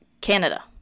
Canada